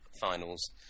finals